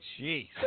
Jeez